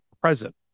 present